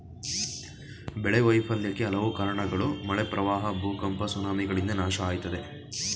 ಬೆಳೆ ವೈಫಲ್ಯಕ್ಕೆ ಹಲವು ಕಾರ್ಣಗಳು ಮಳೆ ಪ್ರವಾಹ ಭೂಕಂಪ ಸುನಾಮಿಗಳಿಂದ ನಾಶ ಆಯ್ತದೆ